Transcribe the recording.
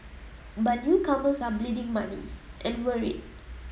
but newcomers are bleeding money and worried